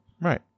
Right